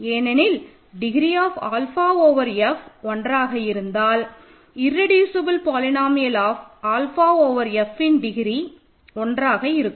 ஏனெனில் degree of alpha over F ஒன்றாக இருந்தால் irreducible polynomial of alpha over Fஇன் டிகிரி ஒன்றாக இருக்கும்